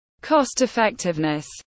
Cost-effectiveness